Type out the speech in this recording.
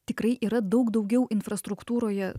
tikrai yra daug daugiau infrastruktūroje